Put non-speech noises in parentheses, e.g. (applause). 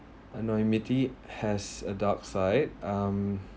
anonymity has a dark side um (breath)